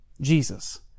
Jesus